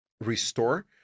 restore